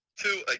two